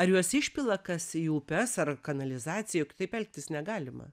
ar juos išpila kas į upes ar kanalizaciją juk taip elgtis negalima